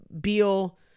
beal